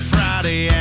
Friday